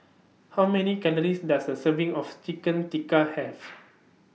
How Many Calories Does A Serving of Chicken Tikka Have